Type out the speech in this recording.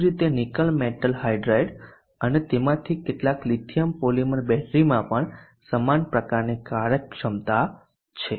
તેવી જ રીતે નિકલ મેટલ હાઇડ્રાઇડ અને આમાંથી કેટલાક લિથિયમ પોલિમર બેટરીમાં પણ સમાન પ્રકારની કાર્યક્ષમતા છે